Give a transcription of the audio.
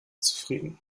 zufrieden